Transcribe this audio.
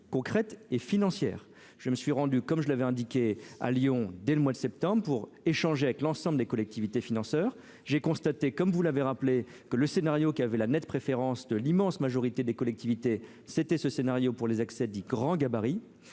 concrète et financière, je me suis rendu comme je l'avais indiqué à Lyon dès le mois de septembre pour échanger avec l'ensemble des collectivités financeurs, j'ai constaté, comme vous l'avez rappelé que le scénario qui avait la nette préférence de l'immense majorité des collectivités, c'était ce scénario pour les accès dit grand gabarit et